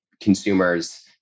consumers